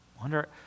Wonder